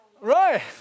right